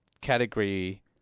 Category